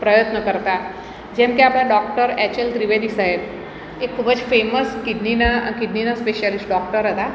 પ્રયત્ન કરતા જેમ કે આપણા ડૉક્ટર એચએલ ત્રિવેદી સાહેબ એ ખૂબ જ ફેમસ કિડનીના કિડનીના સ્પેશ્યાલિસ્ટ ડૉક્ટર હતા